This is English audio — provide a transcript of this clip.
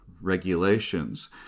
regulations